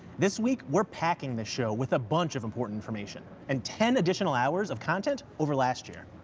this week, we're packing the show with a bunch of important information. and ten additional hours of content over last year.